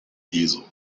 hazel